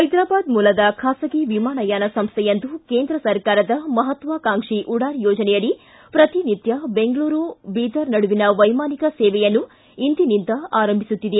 ಹೈದರಾಬಾದ್ ಮೂಲದ ಖಾಸಗಿ ವಿಮಾನಯಾನ ಸಂಸ್ಥೆಯೊಂದು ಕೇಂದ್ರ ಸರ್ಕಾರದ ಮಹತ್ವಾಕಾಂಕ್ಷಿ ಉಡಾನ್ ಯೋಜನೆಯಡಿ ಪ್ರತಿ ನಿತ್ಯ ಬೆಂಗಳೂರು ಬೀದರ್ ನಡುವಿನ ವೈಮಾನಿಕ ಸೇವೆಯನ್ನು ಇಂದಿನಿಂದ ಆರಂಭಿಸುತ್ತಿದೆ